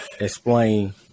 explain